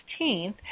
16th